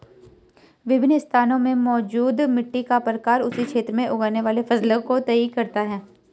विभिन्न स्थानों में मौजूद मिट्टी का प्रकार उस क्षेत्र में उगने वाली फसलों को तय करता है